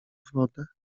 wodę